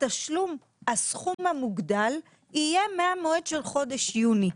שהסכום המוגדל יהיה מהמועד של חודש יוני,